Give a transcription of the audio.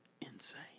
insane